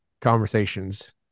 conversations